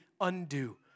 undo